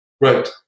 Right